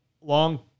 long